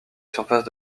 surface